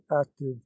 active